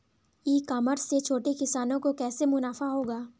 ई commerce से छोटे किसानों को कैसे मुनाफा होगा?